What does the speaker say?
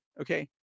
okay